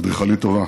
אדריכלית טובה,